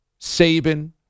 Saban